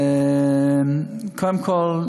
קודם כול,